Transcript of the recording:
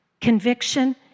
conviction